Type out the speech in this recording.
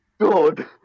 God